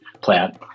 plant